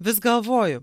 vis galvoju